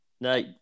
No